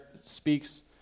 speaks